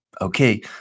okay